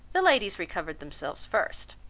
the ladies recovered themselves first.